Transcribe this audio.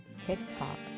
tiktok